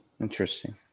Interesting